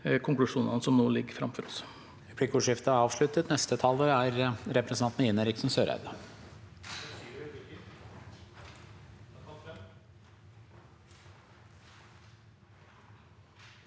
konklusjonene som nå ligger framfor oss.